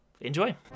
Enjoy